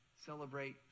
celebrate